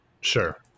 Sure